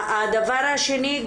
הדבר השני,